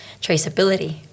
traceability